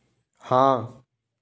हाँ